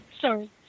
Sorry